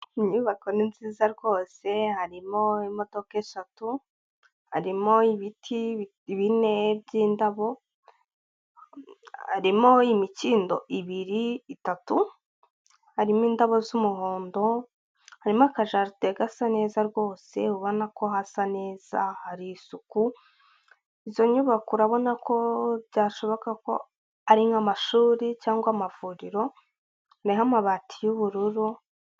Inyubako ni nziza rwose harimo imodoka eshatu, harimo ibiti bine by'indabo, harimo imikindo ibiri, itatu harimo indabo z'umuhondo harimo akajaride gasa neza rwose ubona ko hasa neza hari isuku, izo nyubako urabona ko byashoboka ko ari nk'amashuri cyangwa amavuriro niho amabati y'ubururu.